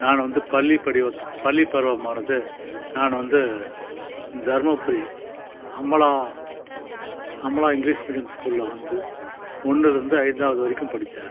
நான் வந்து பள்ளிப் படிவத் பள்ளி பருவமானது நான் வந்து தருமபுரி அமலா அமலா இங்கிலிஷ் மீடியம் ஸ்கூலில் வந்து ஒன்றிலருந்து ஐந்தாவது வரைக்கும் படித்தேன்